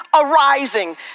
arising